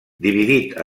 dividit